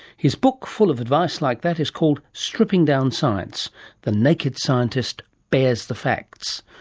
his book, full of advice like that, is called stripping down science the naked scientist bares the facts.